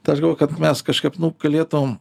tai aš galvoju kad mes kažkaip nu galėtum